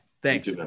Thanks